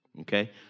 Okay